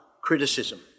criticism